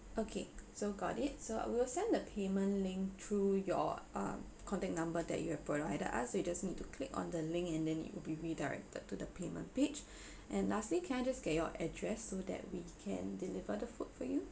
okay so got it so I will send the payment link through your uh contact number that you have provided us you just need to click on the link and then it will be redirected to the payment page and lastly can just get your address so that we can deliver the food for you